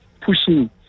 pushing